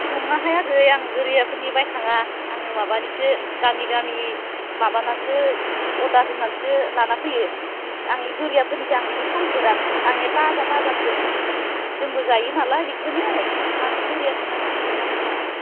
नङाहाय आगै आं गोरियाफोरनि बायनो थाङा आङो माबानिसो गामि गामि माबानासो अर्डार होनानैसो लाना फैयो आं ओइ गोरियाफोरनिखो आं फानफेरा आं ओइ थाजा थाजासो जोंबो जायो नालाय बेखोनो मानोथो गोरियाफोरनि लाना फैनो आंलाय